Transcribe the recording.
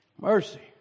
Mercy